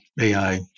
AI